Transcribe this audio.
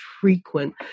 frequent